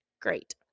Great